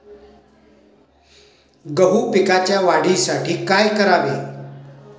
गहू पिकाच्या वाढीसाठी काय करावे?